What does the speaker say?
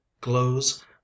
glows